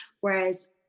whereas